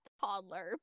toddler